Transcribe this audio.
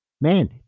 man